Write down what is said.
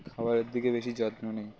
খাবারের দিকে বেশি যত্ন নিই